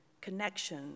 connection